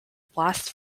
blast